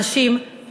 הנשים,